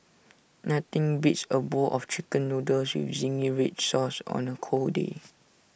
nothing beats A bowl of Chicken Noodles with Zingy Red Sauce on A cold day